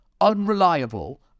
unreliable